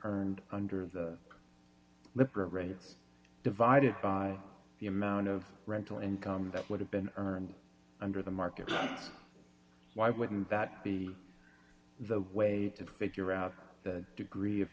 earned under the program is divided by the amount of rental income that would have been earned under the market why wouldn't that be the way to figure out the degree of